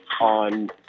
on